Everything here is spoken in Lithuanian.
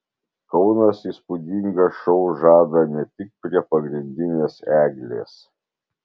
kaunas įspūdingą šou žada ne tik prie pagrindinės eglės